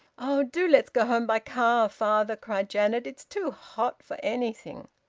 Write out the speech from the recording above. oh! do let's go home by car, father! cried janet. it's too hot for anything!